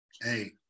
Hey